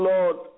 Lord